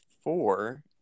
four